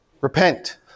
Repent